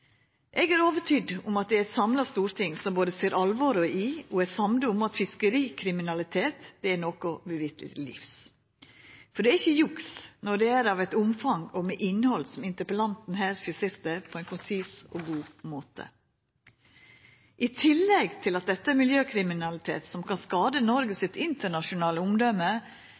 Eg er overtydd om at det er eit samla storting som både ser alvoret i og er samd om at fiskerikriminalitet er noko vi vil til livs, for det er ikkje juks når det er av eit omfang og med eit innhald som interpellanten her skisserte på ein konsis og god måte. I tillegg til at dette er miljøkriminalitet som kan skada Noregs internasjonale omdømme, er det også til skade